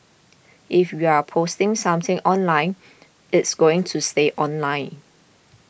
if you're posting something online it's going to stay online